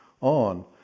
on